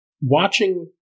watching